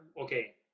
okay